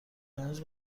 امروز